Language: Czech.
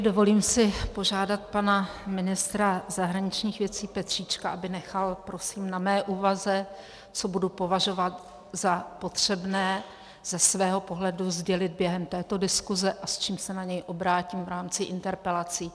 Dovolím si požádat pana ministra zahraničních věcí Petříčka, aby nechal prosím na mé úvaze, co budu považovat za potřebné ze svého pohledu sdělit během této diskuse a s čím se na něj obrátím v rámci interpelací.